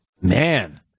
Man